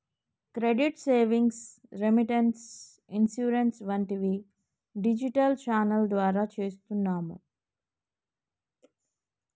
credit savings, remittance, insurance వంటివి digital channel ద్వారా చేస్తున్నాము